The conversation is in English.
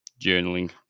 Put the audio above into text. journaling